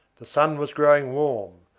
the sun was growing warm,